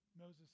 Moses